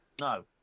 No